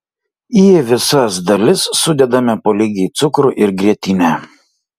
į visas dalis sudedame po lygiai cukrų ir grietinę